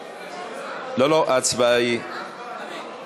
לא, לא, ההצבעה היא שמית.